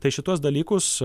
tai šituos dalykus